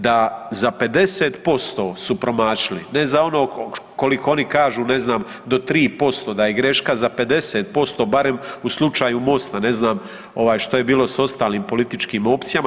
Da za 50% su promašili, ne za ono koliko oni kažu ne znam do 3% da je greška, za 50% barem u slučaju MOST-a, ne znam ovaj što je bilo s ostalim političkim opcijama.